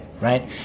right